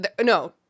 No